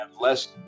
less